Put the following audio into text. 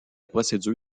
procédure